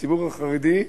הציבור החרדי,